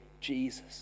jesus